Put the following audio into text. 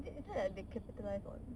is it is it like they capitalise on